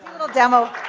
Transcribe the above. little demo.